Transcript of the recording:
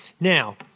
Now